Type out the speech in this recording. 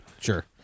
Sure